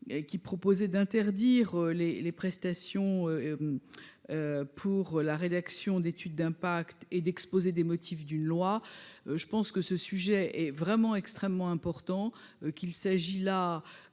qui proposait d'interdire les les prestations pour la rédaction d'étude d'impact et d'exposé des motifs d'une loi, je pense que ce sujet est vraiment extrêmement important qu'il s'agit là